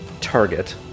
target